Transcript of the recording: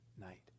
night